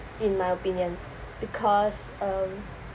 in my opinion because um